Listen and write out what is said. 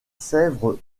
sèvre